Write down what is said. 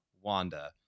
Wanda